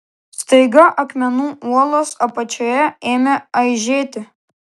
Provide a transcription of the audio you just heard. staiga akmenų uolos apačioje ėmė aižėti